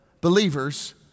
believers